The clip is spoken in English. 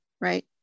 right